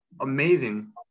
amazing